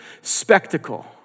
spectacle